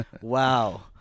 wow